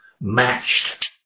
matched